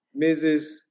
Mrs